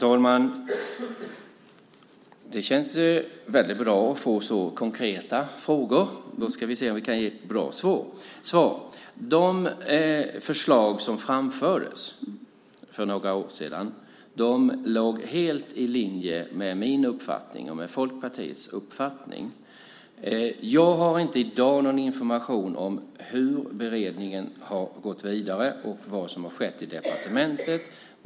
Herr talman! Det känns väldigt bra att få så konkreta frågor. Då ska vi se om jag kan ge bra svar. De förslag som framfördes för några år sedan låg helt i linje med min uppfattning och med Folkpartiets uppfattning. Jag har inte i dag någon information om hur beredningen har gått vidare och vad som har skett i departementet.